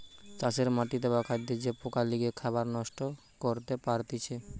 চাষের মাটিতে বা খাদ্যে যে পোকা লেগে খাবার নষ্ট করতে পারতিছে